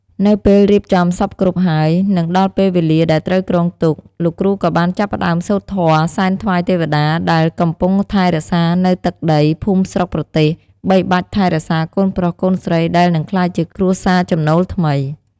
នៅពេលរៀបចំសព្វគ្រប់ហើយនិងដល់ពេលវេលាដែលត្រូវគ្រងទុកលោកគ្រូក៏បានចាប់ផ្តើមសូត្រធម៌សែនថ្វាយទេវតាដែលកំពុងថែរក្សានៅទឹកដី ភូមិស្រុក ប្រទេស បីបាច់ថែរក្សាកូនប្រុសកូនស្រីដែលនិងក្លាយជាគ្រួសារចំណូលថ្មី។